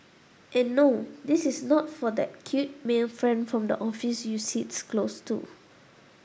and no this is not for that cute male friend from the office you sits close to